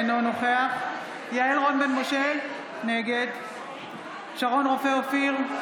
אינו נוכח יעל רון בן משה, נגד שרון רופא אופיר,